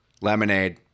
lemonade